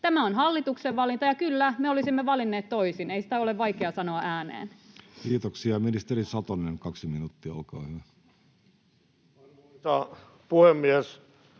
Tämä on hallituksen valinta, ja kyllä, me olisimme valinneet toisin, ei sitä ole vaikea sanoa ääneen. Kiitoksia. — Ministeri Satonen, kaksi minuuttia, olkaa hyvä. Arvoisa